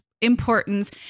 importance